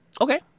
Okay